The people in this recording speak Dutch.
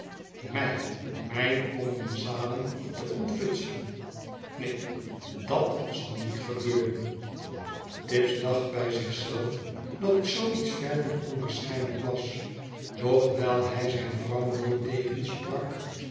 mij mijn commensalen te ontfatselen jveen dat zaj niet gebeuren tibbs dacht by zich zelf dat zoo iets ver van onwaarschijnlijk was doch wijl hij zijn vrouw nooit tegensprak